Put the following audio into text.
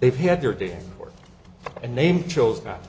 they've had their day for a name chills that